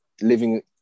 living